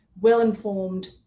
well-informed